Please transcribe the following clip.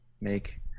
make